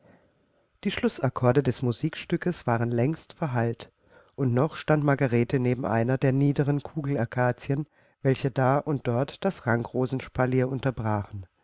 die schlußakkorde des musikstückes waren längst verhallt und noch stand margarete neben einer der niederen kugelakazien welche da und dort das rankrosenspalier unterbrachen